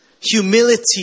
humility